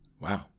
Wow